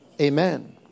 Amen